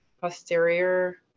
posterior